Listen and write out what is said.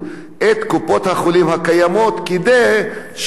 כדי שהממשלה לא תתנער מאחריות,